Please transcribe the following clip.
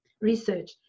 research